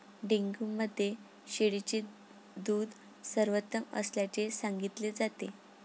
dengue मध्ये शेळीचे दूध सर्वोत्तम असल्याचे सांगितले जाते